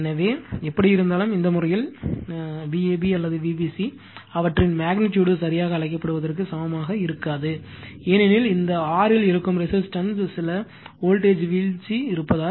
எனவே எப்படியிருந்தாலும் இந்த முறையில் இந்த வழக்கில் Vab அல்லது விபிசி அவற்றின் மெக்னிட்யூடு சரியாக அழைக்கப்படுவதற்கு சமமாக இருக்காது ஏனெனில் இந்த R இல் இருக்கும் ரெசிஸ்டன்ஸ் சில வோல்டேஜ் வீழ்ச்சி இருப்பதால்